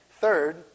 Third